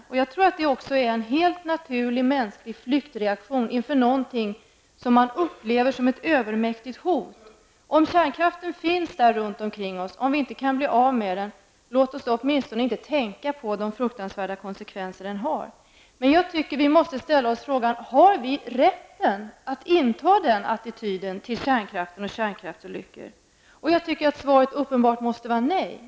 Det är en helt naturligt mänsklig flyktreaktion inför någonting som man upplever som ett övermäktigt hot. Om kärnkraften finns omkring oss och om vi inte kan bli av med den, låt oss då åtminstone inte tänka på de fruktansvärda konsekvenser den har -- sådan är attityden. Jag tycker dock att vi måste ställa oss frågan: Har vi rätt att inta den attityden till kärnkraften och kärnkraftsolyckor? Svaret måste uppenbarligen vara nej.